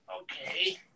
Okay